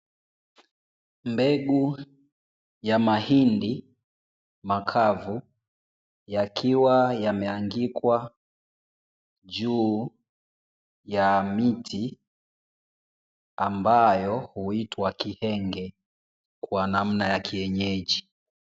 Mbegu ya mahindi makavu yakiwa yameanikwa juu ya miti ambayo huitwa kienge kwa namna ya kienyeji.